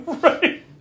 Right